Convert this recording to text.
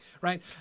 right